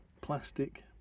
plastic